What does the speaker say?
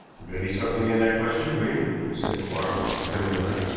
there may be something in that question, wigan, said quarles, becoming alert.